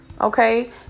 okay